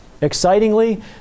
Excitingly